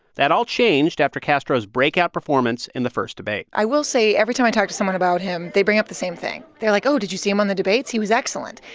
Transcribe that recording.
that all changed after castro's breakout performance in the first debate i will say every time i talk to someone about him, they bring up the same thing. they're like, oh, did you see him on the debates? he was excellent.